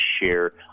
share